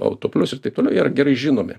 autoplius ir taip toliau jie yra gerai žinomi